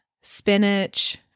spinach